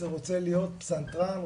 10 רוצה להיות פסנתרן,